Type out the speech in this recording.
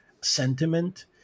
sentiment